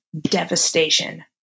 devastation